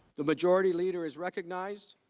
the majority leaders recognize